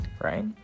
Right